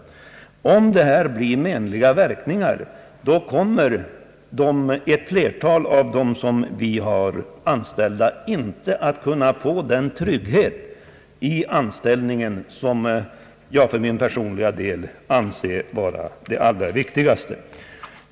Om devalveringen får menliga verkningar kommer ett flertal av dessa anställda inte att kunna få den trygghet i anställningen som jag för min personliga del anser vara det allra viktigaste.